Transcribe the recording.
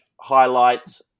highlights